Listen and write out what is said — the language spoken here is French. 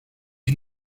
est